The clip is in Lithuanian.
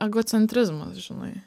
egocentrizmas žinai